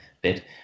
bit